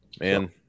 man